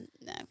no